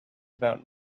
about